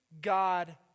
God